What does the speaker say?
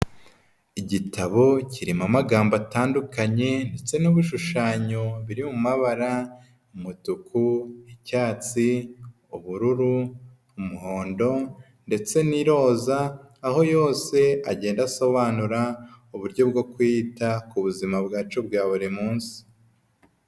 Igitabo kirimo amagambo atandukanye ndetse n'ibishushanyo biri mu mabara umutuku, icyatsi, ubururu, umuhondo ndetse n'iroza. Aho yose agenda asobanura uburyo bwo kwita ku buzima bwacu bwa buri munsi.